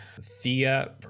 Thea